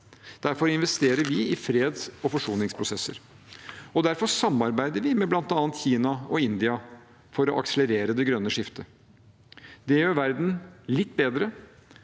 derfor investerer vi i freds- og forsoningsprosesser, og derfor samarbeider vi med bl.a. Kina og India for å akselerere det grønne skiftet. Det gjør verden litt bedre,